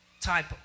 type